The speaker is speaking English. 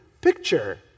picture